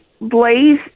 Blaze